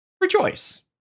rejoice